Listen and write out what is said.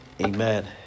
Amen